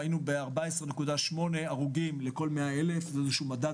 היינו עם 14.8 הרוגים לכל 100,000 מתוך מדד